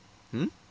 hmm